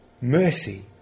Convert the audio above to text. Mercy